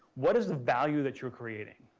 what is the value that you're creating?